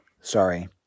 Sorry